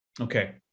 Okay